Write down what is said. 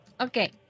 Okay